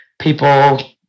People